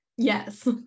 Yes